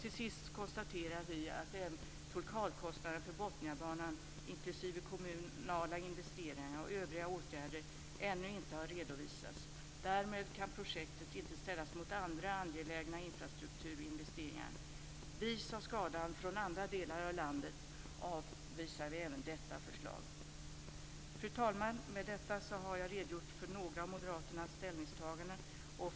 Till sist konstaterar vi att totalkostnaden för Botniabanan, inklusive kommunala investeringar och övriga åtgärder, ännu inte har redovisats. Därmed kan projektet inte ställas mot andra angelägna infrastrukturinvesteringar. Vis av skadan från andra delar av landet avvisar vi även detta förslag. Fru talman! Med detta har jag redogjort för några av moderaternas ställningstaganden.